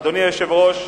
אדוני היושב-ראש,